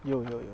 有有有